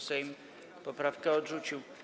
Sejm poprawkę odrzucił.